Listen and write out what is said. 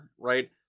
right